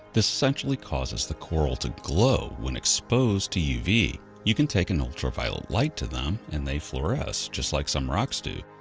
this essentially causes the coral to glow when exposed to uv, you can take an ultraviolet light to them and they fluoresce, just like some rocks do.